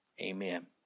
Amen